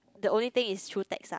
the only thing is through text ah